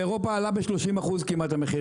באירופה עלו ב-30% כמעט המחירים,